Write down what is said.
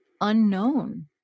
unknown